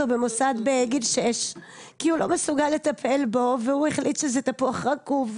במוסד בגיל שש כי הוא לא מסוגל לטפל בו והוא החליט שזה תפוח רקוב.